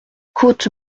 côte